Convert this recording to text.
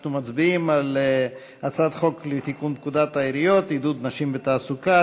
אנחנו מצביעים על הצעת חוק לתיקון פקודת העיריות (עידוד נשים בעסקים),